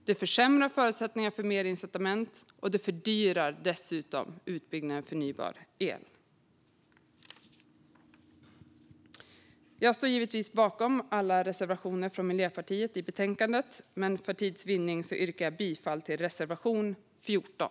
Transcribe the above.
Det försämrar förutsättningarna för ökade incitament och fördyrar utbyggnaden av förnybar el. Jag står givetvis bakom alla reservationer från Miljöpartiet i betänkandet. För tids vinning yrkar jag endast bifall till reservation 14.